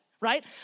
right